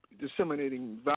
disseminating